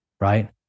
right